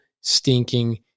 stinking